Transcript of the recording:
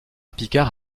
picard